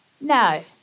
No